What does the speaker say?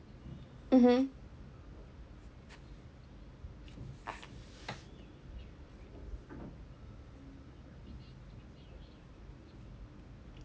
mmhmm